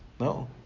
No